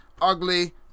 ugly